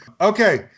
okay